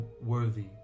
worthy